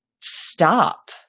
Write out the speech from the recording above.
stop